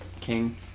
King